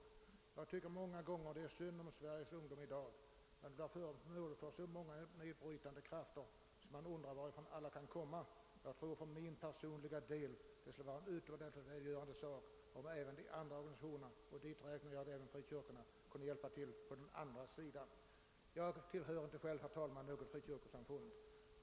Många gånger tycker jag att det är synd om Sveriges ungdom. Den blir föremål för så många nedbrytande krafter att man undrar varifrån alla kan komma. För min personliga del tror jag att det skulle vara utomordentligt välgörande om även de andra organisationerna — dit räknar jag frikyrkorna — kunde hjälpa till på den andra sidan. Jag tillhör inte själv något frikyrkosamfund.